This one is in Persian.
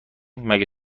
مگه